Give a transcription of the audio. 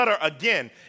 again